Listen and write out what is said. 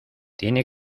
tiene